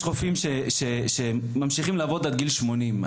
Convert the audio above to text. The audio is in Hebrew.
יש רופאים שממשיכים לעבוד עד גיל שמונים.